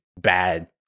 bad